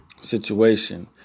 situation